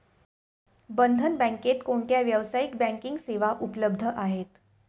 बंधन बँकेत कोणत्या व्यावसायिक बँकिंग सेवा उपलब्ध आहेत?